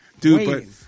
dude